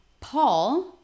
Paul